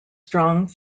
strong